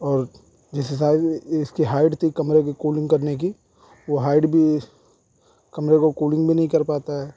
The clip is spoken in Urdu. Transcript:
اور جس حساب اس کی ہائٹ تھی کمرے کی کولنگ کرنے کی وہ ہائٹ بھی کمرے کو کولنگ بھی نہیں کر پاتا ہے